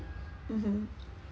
mmhmm